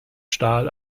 stahl